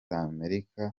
amerika